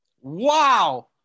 Wow